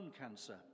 cancer